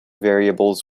variables